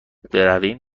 برویم